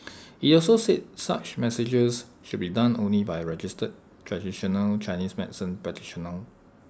IT also said such massages should be done only by A registered traditional Chinese medicine practitioner